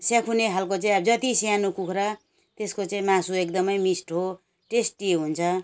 स्याकिने खाले चाहिँ अब जति सानो कुखुरा त्यसको चाहिँ मासु एकदमै मिठो टेस्टी हुन्छ